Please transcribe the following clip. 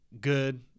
good